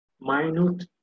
minute